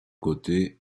côté